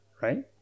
Right